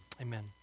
Amen